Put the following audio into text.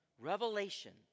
revelation